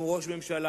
יש לנו ראש ממשלה,